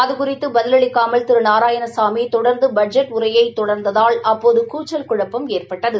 அது குறித்து பதிலளிக்காமல் திரு நாராயணசாமி தொடர்ந்து பட்ஜெட்டை உரையை தொடர்ந்ததால் அப்போது கூக்கல் குழப்பம் ஏற்பட்டது